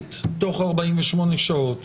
מוסדית תוך 48 שעות.